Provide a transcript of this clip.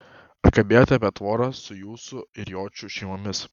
ar kalbėjote apie tvorą su jusų ir jočių šeimomis